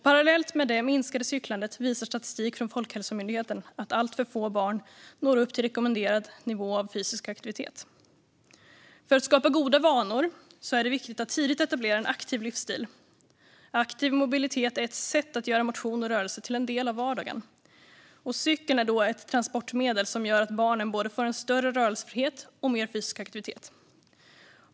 Parallellt med det minskade cyklandet visar statistik från Folkhälsomyndigheten att alltför få barn når upp till rekommenderad nivå av fysisk aktivitet. För att skapa goda vanor är det viktigt att tidigt etablera en aktiv livsstil. Aktiv mobilitet är ett sätt att göra motion och rörelse till en del av vardagen. Cykeln är då ett transportmedel som gör att barnen får både en större rörelsefrihet och mer fysisk aktivitet.